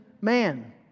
man